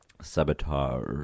Sabotage